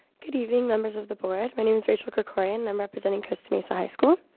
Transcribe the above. good evening, members of the board. my name is rachel kricorian. and i'm representing costa mesa high school.